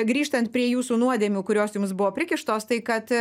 grįžtant prie jūsų nuodėmių kurios jums buvo prikištos tai kad